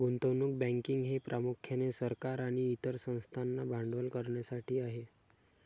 गुंतवणूक बँकिंग हे प्रामुख्याने सरकार आणि इतर संस्थांना भांडवल करण्यासाठी आहे